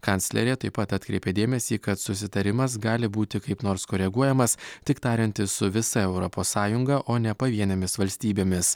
kanclerė taip pat atkreipė dėmesį kad susitarimas gali būti kaip nors koreguojamas tik tariantis su visa europos sąjunga o ne pavienėmis valstybėmis